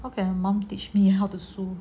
how can my mom teach me how to sew